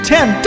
Ten